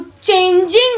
changing